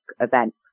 event